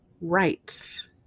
rights